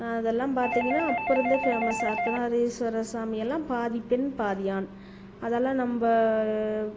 அதெல்லாம் பார்த்தீங்கன்னா அப்போ இருந்தே ஃபேமஸ் அர்த்தநாதீஸ்வரர் சாமியெல்லாம் பாதி பெண் பாதி ஆண் அதெல்லாம் நம்ம